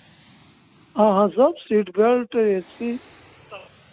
हाँ हाँ सब सीट बेल्ट ए सी सब